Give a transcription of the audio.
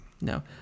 No